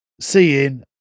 seeing